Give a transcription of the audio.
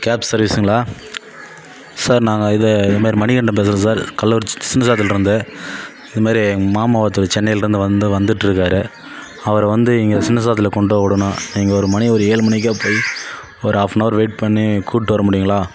gap சர்வீஸுங்களா sir நாங்கள் இது என் பேர் மணிகண்டன் பேசுகிறேன் சார் கள்ளக்குறிச்சி சின்ன சேலத்துலேருந்து இதை மாதிரி எங்கள் மாமா ஒருத்தரு சென்னைலேருந்து வந்து வந்துட்டிருக்காரு அவரை வந்து இங்கே சின்ன சேலத்தில் கொண்டுபோய் விடணும் இங்கே ஒரு மணி ஒரு ஏழு மணிக்கு போய் ஒரு ஆஃப் அன் அவர் வெயிட் பண்ணி கூட்டி வர முடியுங்களா